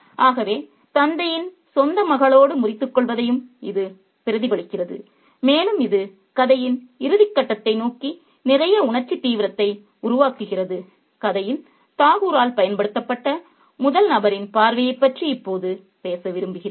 ஆகவே தந்தையின் சொந்த மகளோடு முறித்துக் கொள்வதையும் இது பிரதிபலிக்கிறது மேலும் இது கதையின் இறுதிக் கட்டத்தை நோக்கி நிறைய உணர்ச்சி தீவிரத்தை உருவாக்குகிறது கதையில் தாகூரால் பயன்படுத்தப்பட்ட முதல் நபரின் பார்வையைப் பற்றி இப்போது பேச விரும்புகிறேன்